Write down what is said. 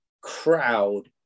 crowd